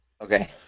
Okay